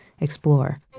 explore